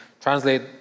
translate